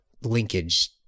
linkage